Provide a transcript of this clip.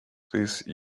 please